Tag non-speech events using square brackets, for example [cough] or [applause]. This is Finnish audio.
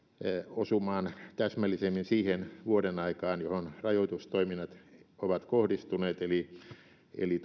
osumaan täsmällisemmin siihen vuodenaikaan johon rajoitustoiminnat ovat kohdistuneet eli eli [unintelligible]